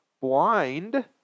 blind